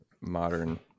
modern